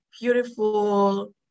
beautiful